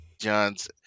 John's